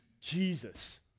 Jesus